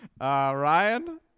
Ryan